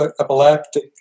epileptic